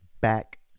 back